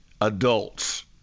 adults